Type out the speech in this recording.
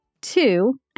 Two